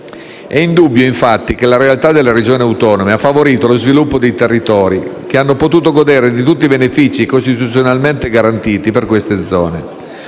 È indubbio, infatti, che la realtà delle Regioni autonome ha favorito lo sviluppo dei territori che hanno potuto godere di tutti i benefici costituzionalmente garantiti per queste zone;